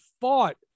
fought